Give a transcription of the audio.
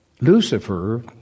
Lucifer